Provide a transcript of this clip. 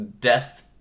Death